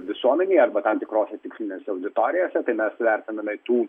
visuomenei arba tam tikrose tikslinėse auditorijose tai mes vertiname tų